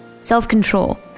self-control